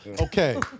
Okay